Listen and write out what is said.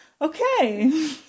Okay